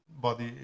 body